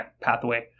pathway